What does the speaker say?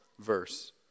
verse